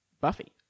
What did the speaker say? Buffy